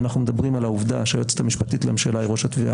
אנחנו מדברים על העובדה שהיועצת המשפטית לממשלה היא ראש התביעה